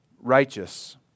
righteous